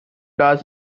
does